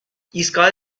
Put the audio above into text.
ایستگاه